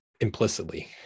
implicitly